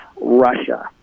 Russia